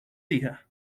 hijas